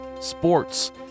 sports